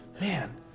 Man